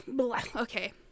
Okay